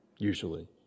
usually